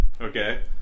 Okay